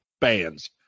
bands